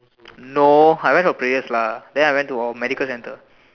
no I went for prayers lah then I went to a medical centre